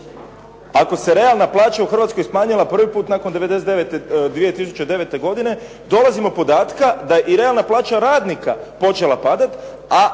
Ako se realna plaća u Hrvatskoj smanjila prvi put nakon 99., 2009. godine, dolazimo do podatka da je i realna plaća radnika počela padati